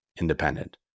independent